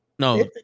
No